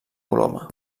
coloma